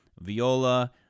viola